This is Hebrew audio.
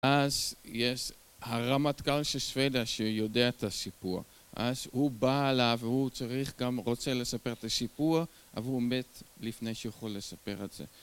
אז יש הרמטכ"ל של שוודיה שיודע את הסיפור, אז הוא בא אליו והוא צריך גם רוצה לספר את הסיפור, אבל הוא מת לפני שיכול לספר את זה